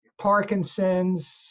Parkinson's